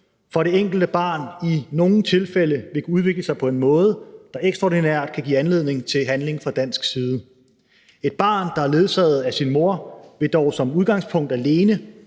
for det enkelte barn i nogle tilfælde vil kunne udvikle sig på en måde, der ekstraordinært kan give anledning til handling fra dansk side. Et barn, der er ledsaget af sin mor, vil dog som udgangspunkt alene